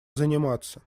заниматься